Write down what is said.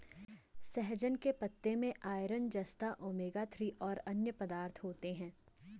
सहजन के पत्ते में आयरन, जस्ता, ओमेगा थ्री और अन्य पदार्थ होते है